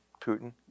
Putin